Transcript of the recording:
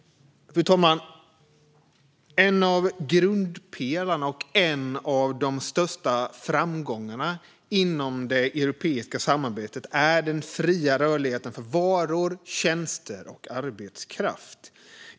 Fru talman! En av grundpelarna och en av de största framgångarna inom det europeiska samarbetet är den fria rörligheten för varor, tjänster och arbetskraft.